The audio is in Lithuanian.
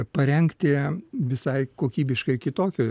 parengti visai kokybiškai kitokio